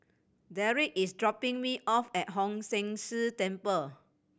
Deric is dropping me off at Hong San See Temple